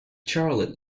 charlotte